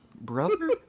brother